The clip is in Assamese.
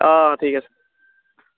অঁ ঠিক আছে